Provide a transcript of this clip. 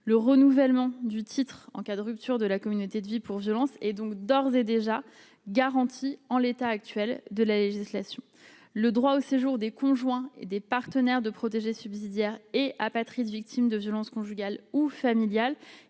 le renouvellement du titre en cas de rupture de la communauté de vie pour violences et donc d'ores et déjà garanti en l'état actuel de la législation, le droit au séjour des conjoints et des partenaires de protéger subsidiaire et apatrides, victime de violences conjugales ou familiales